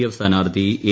F സ്ഥാനാർത്ഥി A